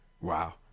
Wow